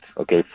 okay